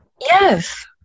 Yes